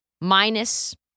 minus